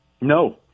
No